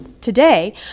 Today